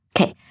Okay